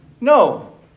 No